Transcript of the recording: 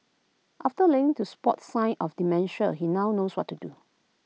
after learning to spot sign of dementia he now knows what to do